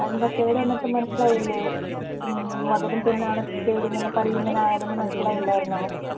അതെന്താ കേട് വന്നിട്ടും മനസിലായില്ലേ മധുരം തിന്നാണ് കേടിങ്ങനെ പല്ല് ഇങ്ങനെ ആയതെന്ന് മനസിലായില്ലായിരുന്നോ